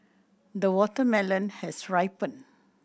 the watermelon has ripened